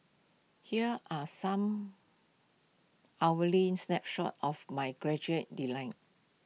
here are some hourly snapshots of my graduate deny